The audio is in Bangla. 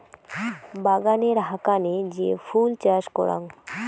বাগানের হাকানে যে ফুল চাষ করাং